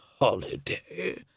holiday